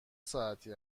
ساعتی